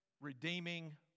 redeeming